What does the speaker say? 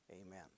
Amen